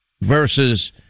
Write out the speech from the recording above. versus